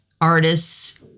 artists